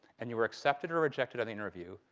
and you were accepted or rejected on the interview.